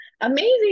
Amazing